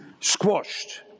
squashed